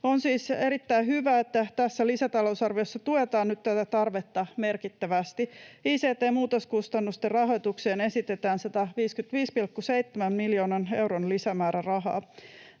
On siis erittäin hyvä, että tässä lisätalousarviossa tuetaan nyt tätä tarvetta merkittävästi. Ict-muutoskustannusten rahoitukseen esitetään 155,7 miljoonan euron lisämäärärahaa.